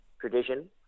tradition